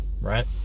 right